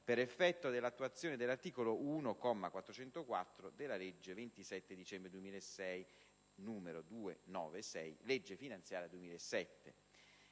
per effetto dell'attuazione dell'articolo 1, comma 404, della legge 27 dicembre 2006, n. 296 (legge finanziaria 2007).